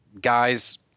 Guys